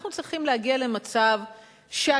אנחנו צריכים להגיע למצב שהכנסת,